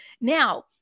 Now